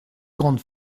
grande